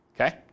Okay